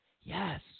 Yes